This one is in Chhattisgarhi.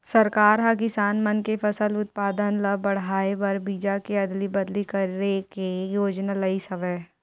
सरकार ह किसान मन के फसल उत्पादन ल बड़हाए बर बीजा के अदली बदली करे के योजना लइस हवय